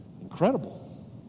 incredible